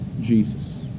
Jesus